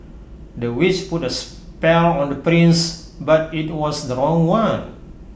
the witch put A spell on the prince but IT was the wrong one